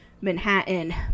Manhattan